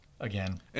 Again